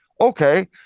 okay